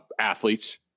athletes